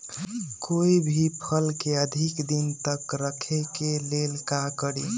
कोई भी फल के अधिक दिन तक रखे के ले ल का करी?